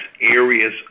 areas